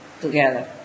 together